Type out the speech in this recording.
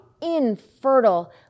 infertile